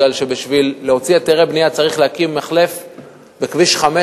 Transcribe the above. כי בשביל להוציא היתרי בנייה צריך להקים מחלף בכביש 5,